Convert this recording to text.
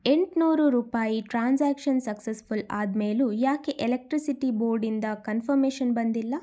ಎಂಟ್ನೂರು ರೂಪಾಯಿ transaction successful ಆದ ಮೇಲೂ ಯಾಕೆ ಎಲೆಕ್ಟ್ರಿಸಿಟಿ ಬೋರ್ಡಿಂದ ಕನ್ಫರ್ಮೇಷನ್ ಬಂದಿಲ್ಲ